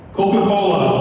Coca-Cola